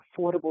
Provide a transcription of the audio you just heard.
affordable